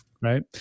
Right